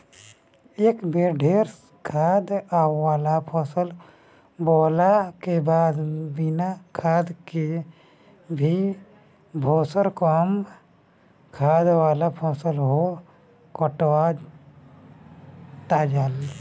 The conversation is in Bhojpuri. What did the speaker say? एक बेर ढेर खाद वाला फसल बोअला के बाद बिना खाद के भी दोसर कम खाद वाला फसल हो सकताटे